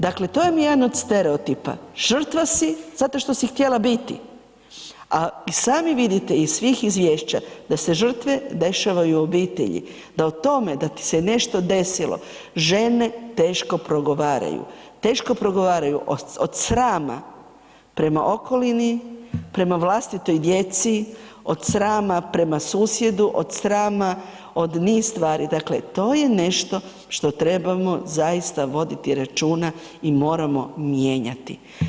Dakle, to vam je jedan od stereotipa, žrtva si zato što si htjela biti, a i sami vidite iz svih izvješća da se žrtve dešavaju obitelji, da o tome da ti se nešto desilo, žene teško progovaraju, teško progovaraju od srama prema okolini, prema vlastitoj djeci, od srama prema susjedu, od srama, od niz stvari, dakle, to je nešto što trebamo zaista voditi računa i moramo mijenjati.